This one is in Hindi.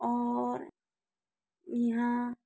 और यहाँ